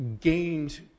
gained